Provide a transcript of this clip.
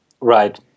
Right